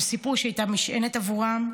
הם סיפרו שהייתה משענת בעבורם,